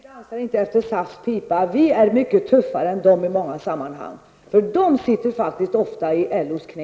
Herr talman! På det vill jag bara kort svara: Nej, vi dansar inte efter SAFs pipa. Vi är mycket tuffare än SAF i många sammanhang. SAF sitter faktiskt också ofta i LOs knä.